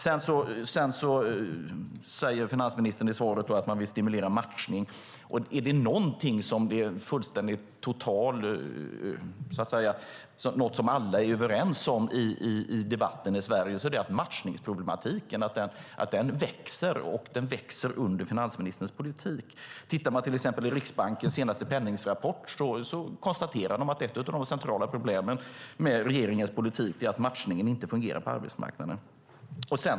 Finansministern säger också i svaret att man vill stimulera matchning. Är det något som alla är överens om i debatten i Sverige är det att matchningsproblematiken växer med finansministerns politik. I Riksbankens senaste penningrapport konstateras att ett av de centrala problemen med regeringens politik är att matchningen på arbetsmarknaden inte fungerar.